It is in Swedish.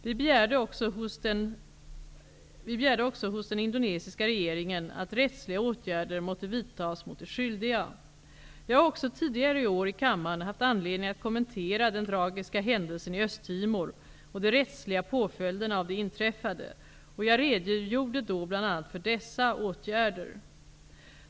Vi begärde också hos den indonesiska regeringen att rättsliga åtgärder måtte vidtas mot de skyldiga. Jag har också tidigare i år i kammaren haft anledning att kommentera den tragiska händelsen i Östtimor och de rättsliga påföljderna av det inträffade. Jag redogjorde då bl.a. för dessa åtgärder.